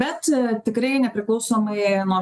bet tikrai nepriklausomai nuo